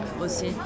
aussi